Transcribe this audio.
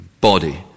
body